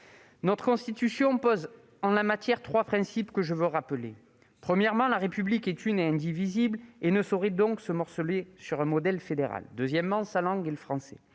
Notre Constitution pose, en la matière, trois principes que je veux rappeler : premièrement, la République est une et indivisible, et ne saurait donc se morceler sur un modèle fédéral ; deuxièmement, sa langue est le français